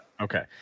Okay